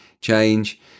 change